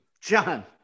John